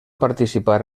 participar